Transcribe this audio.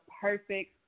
perfect